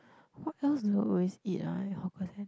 what else you all always eat ah in hawker centre